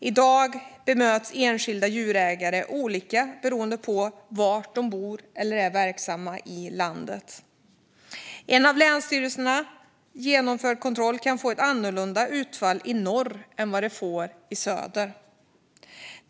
I dag bemöts enskilda djurägare olika beroende på var i landet de bor eller är verksamma. En av länsstyrelserna genomförd kontroll kan få ett annorlunda utfall i norr än vad den får i söder.